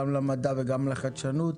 למשרד המדע ולרשות החדשנות.